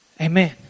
Amen